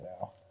now